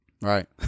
right